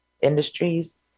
industries